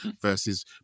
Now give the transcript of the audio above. versus